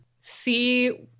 see